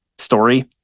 story